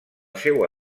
seua